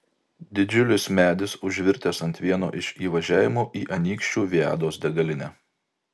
didžiulis medis užvirtęs ant vieno iš įvažiavimų į anykščių viados degalinę